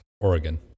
Oregon